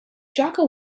jaka